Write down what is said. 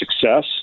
success